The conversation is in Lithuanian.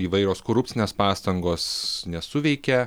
įvairios korupcinės pastangos nesuveikė